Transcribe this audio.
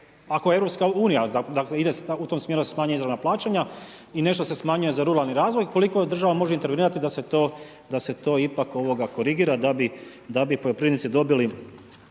ako EU dakle ide u tom smjeru da se smanje izravna plaćanja i nešto se smanjuje za ruralni razvoj, koliko država može intervenirati da se to ipak korigira da bi poljoprivrednici dobili